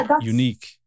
unique